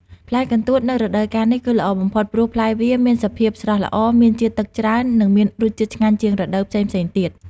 ផ្លែកន្ទួតនៅរដូវកាលនេះ គឺល្អបំផុត ព្រោះផ្លែវាមានសភាពស្រស់ល្អ មានជាតិទឹកច្រើន និងមានរសជាតិឆ្ងាញ់ជាងរដូវផ្សេងៗទៀត។